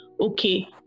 okay